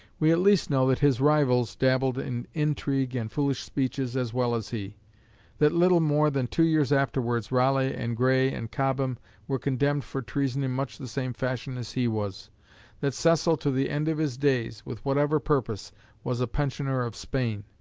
we at least know that his rivals dabbled in intrigue and foolish speeches as well as he that little more than two years afterwards raleigh and grey and cobham were condemned for treason in much the same fashion as he was that cecil to the end of his days with whatever purpose was a pensioner of spain.